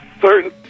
certain